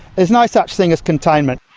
there's no such thing as containment.